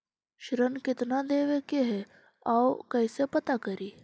ऋण कितना देवे के है कैसे पता करी?